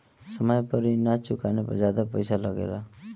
समय पर ऋण ना चुकाने पर ज्यादा पईसा लगेला?